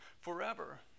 forever